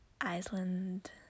Iceland